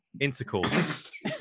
intercourse